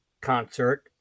concert